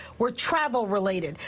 were travel related.